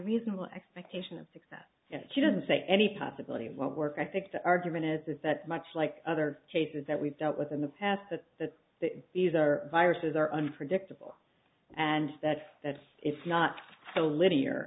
reasonable expectation of success she doesn't say any possibility of what work i think the argument is is that much like other cases that we've dealt with in the past that the these are viruses are unpredictable and that's that it's not a linear